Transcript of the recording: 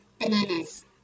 bananas